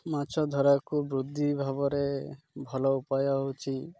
ମାଛ ଧରାକୁ ବୃଦ୍ଧି ଭାବରେ ଭଲ ଉପାୟ ହେଉଛି